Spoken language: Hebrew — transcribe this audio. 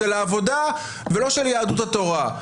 של העבודה ולא של יהדות התורה.